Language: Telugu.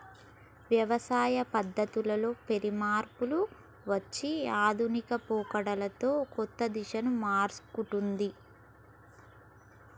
వ్యవసాయ పద్ధతుల్లో పెను మార్పులు వచ్చి ఆధునిక పోకడలతో కొత్త దిశలను మర్సుకుంటొన్ది